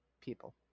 people